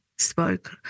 spoke